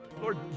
Lord